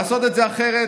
לעשות את זה אחרת.